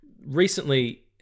recently